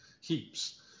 heaps